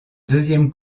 deuxième